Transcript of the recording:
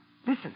Listen